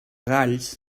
galls